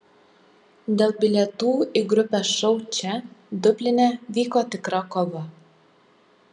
dėl bilietų į grupės šou čia dubline vyko tikra kova